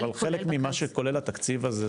אבל חלק ממה שכולל התקציב הזה,